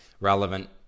relevant